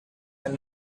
and